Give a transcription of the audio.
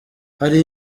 hari